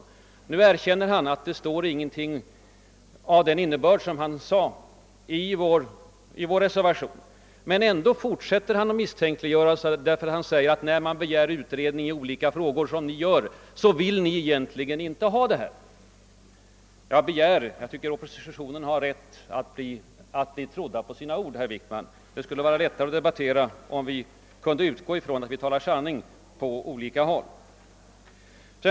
Nu erkänner han att det inte står någonting med den av honom påstådda innebörden i vår reservation, men ändå fortsätter han att misstänkliggöra. Han sade att vi begär utredning i olika frågor men att vi egentligen inte önskar få någonting genomfört. Jag tycker att oppositionen har rätt att bli trodd på sina ord, herr Wickman. Det skulle vara lättare att debattera, om vi kunde utgå ifrån att vi alla talar sanning.